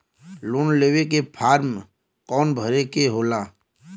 Loan लेवे के form कौन भरे के होला?